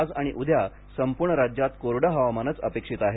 आज आणि उद्या संपूर्ण राज्यात कोरडं हवामानच अपेक्षित आहे